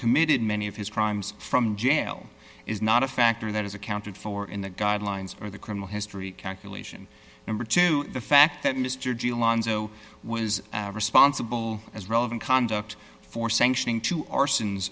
committed many of his crimes from jail is not a factor that is accounted for in the guidelines for the criminal history calculation number two the fact that mr g alonzo was responsible as relevant conduct for sanctioning two arsons